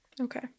Okay